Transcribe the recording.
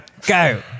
go